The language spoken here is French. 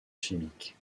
chimiques